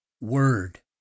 Word